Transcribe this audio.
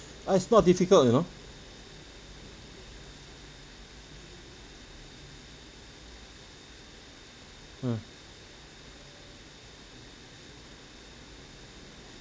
ah it's not difficult you know hmm